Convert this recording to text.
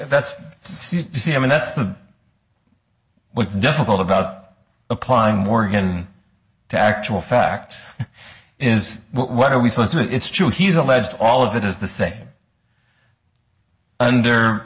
that's see you see i mean that's the with the difficult about applying morgan to actual facts is what are we supposed to it's true he's alleged all of it is the say under